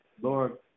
Lord